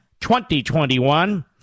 2021